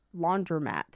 laundromat